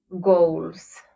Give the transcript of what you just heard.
goals